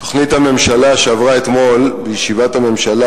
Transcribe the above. תוכנית הממשלה שעברה אתמול בישיבת הממשלה,